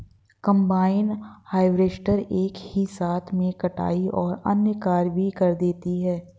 combine harvester एक ही साथ में कटाई और अन्य कार्य भी कर देती है